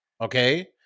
Okay